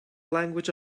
language